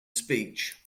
speech